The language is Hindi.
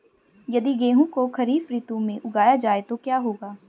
यदि गेहूँ को खरीफ ऋतु में उगाया जाए तो क्या होगा?